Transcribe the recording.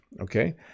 Okay